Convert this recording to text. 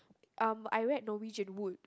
um I read Norwegian Wood